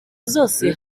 zose